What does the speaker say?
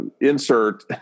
insert